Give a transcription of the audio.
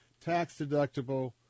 tax-deductible